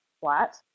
flat